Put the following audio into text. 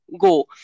go